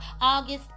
August